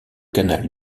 canal